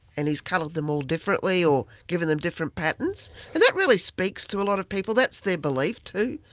and he's coloured them all differently or given them different different patterns. and that really speaks to a lot of people, that's their belief too,